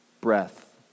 breath